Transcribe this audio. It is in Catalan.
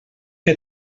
què